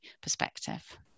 perspective